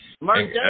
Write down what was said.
Mark